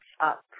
up